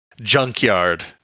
junkyard